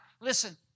listen